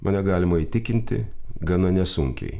mane galima įtikinti gana nesunkiai